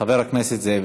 חבר הכנסת זאב